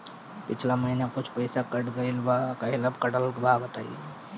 पिछला महीना कुछ पइसा कट गेल बा कहेला कटल बा बताईं?